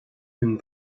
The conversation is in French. une